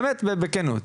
באמת בכנות,